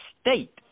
state